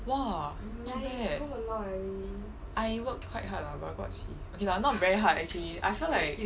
!wah! not bad I work quite hard lah but I got C okay lah not very hard actually I feel like